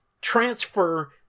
transfer